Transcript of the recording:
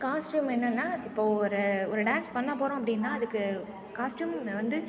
costume என்னென்னா இப்போ ஒரு ஒரு டான்ஸ் பண்ணப் போகிறோம் அப்படின்னா அதுக்கு காஸ்ட்யூம் ம வந்து